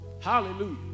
hallelujah